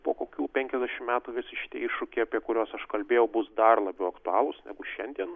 po kokių penkiasdešimt metų visi šitie iššūkiai apie kuriuos aš kalbėjau bus dar labiau aktualūs negu šiandien